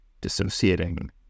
dissociating